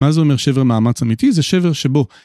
מה זה אומר שבר מאמץ אמיתי? זה שבר שבו.